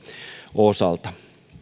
osalta